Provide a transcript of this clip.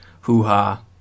hoo-ha